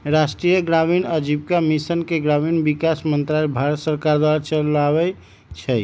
राष्ट्रीय ग्रामीण आजीविका मिशन के ग्रामीण विकास मंत्रालय भारत सरकार चलाबै छइ